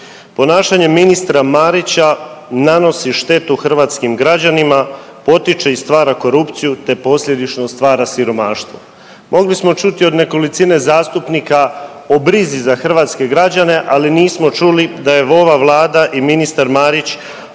ponašanje ministra Marića nanosi štetu hrvatskim građanima, potiče i stvara korupciju te posljedično stvara siromaštvo. Mogli smo čuti od nekolicine zastupnika o brizi za hrvatske građane, ali nismo čuli da je ova vlada i ministar Marić